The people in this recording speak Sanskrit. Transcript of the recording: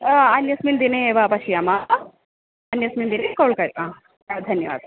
अन्यस्मिन् दिने एव पश्याम अन्यस्मिन् दिने कोल् कुरु धन्यवादः